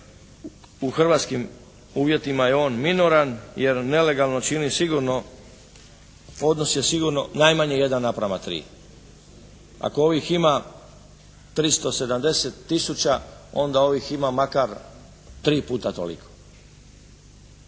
u hrvatskim uvjetima je on minoran jer nelegalno čini sigurno, odnos je sigurno najmanje 1:3. Ako ovih ima 370 tisuća onda ovih ima makar 3 puta toliko.